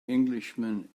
englishman